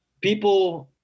people